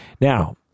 Now